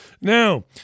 Now